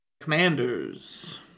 Commanders